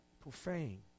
profane